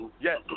Yes